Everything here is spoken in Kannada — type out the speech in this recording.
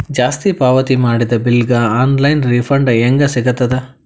ಜಾಸ್ತಿ ಪಾವತಿ ಮಾಡಿದ ಬಿಲ್ ಗ ಆನ್ ಲೈನ್ ರಿಫಂಡ ಹೇಂಗ ಸಿಗತದ?